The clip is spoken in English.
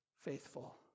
faithful